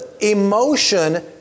emotion